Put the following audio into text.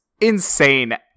insane